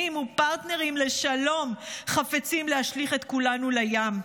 ופרטנרים לשלום חפצים להשליך את כולנו לים.